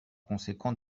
conséquent